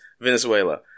Venezuela